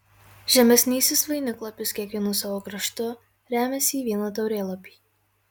žemesnysis vainiklapis kiekvienu savo kraštu remiasi į vieną taurėlapį